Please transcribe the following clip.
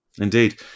Indeed